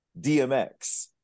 DMX